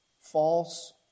false